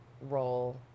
role